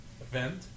Event